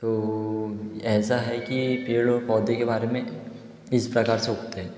तो ऐसा है कि पेड़ और पौधे के बारे में इस प्रकार से उगते है